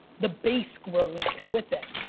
the base grows with it.